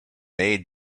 made